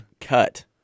cut